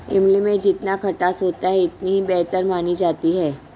इमली में जितना खटास होता है इतनी ही बेहतर मानी जाती है